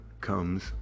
comes